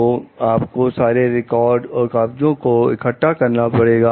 तो आपको सारे रिकॉर्ड्स और कागजों को को इकट्ठा करना पड़ेगा